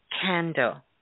candle